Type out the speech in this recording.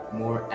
more